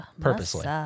Purposely